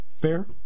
Fair